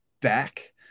back